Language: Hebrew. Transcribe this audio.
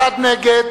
נגד,